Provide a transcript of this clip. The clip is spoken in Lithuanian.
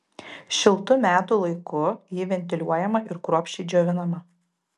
šiltu metų laiku ji ventiliuojama ir kruopščiai džiovinama